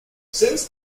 since